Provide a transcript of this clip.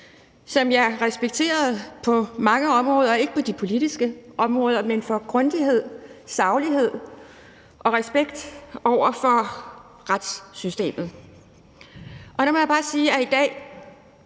områder respekterede – ikke på de politiske områder, men for hans grundighed, saglighed og respekt over for retssystemet. Der må jeg bare sige, at i dag